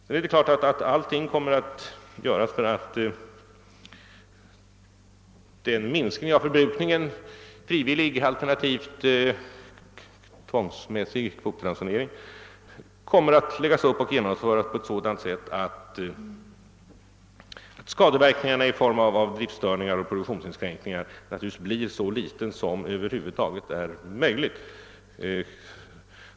Alla åtgärder som behöver vidtas för att åstadkomma en minskning av för mer naturligtvis att läggas upp och genomföras på ett sådant sätt att skadeverkningarna i form av driftstörningar och produktionsinskränkningar blir så små som det över huvud taget är möjligt.